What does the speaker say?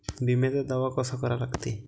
बिम्याचा दावा कसा करा लागते?